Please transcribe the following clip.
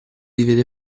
divide